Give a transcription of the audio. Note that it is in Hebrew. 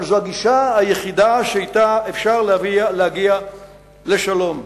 אבל זו הגישה היחידה שאתה אפשר להגיע לשלום.